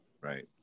Right